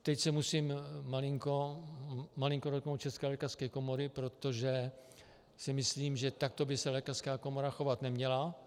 Teď se musím malinko dotknout České lékařské komory, protože si myslím, že takto by se lékařská komora chovat neměla.